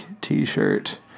t-shirt